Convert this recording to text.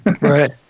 Right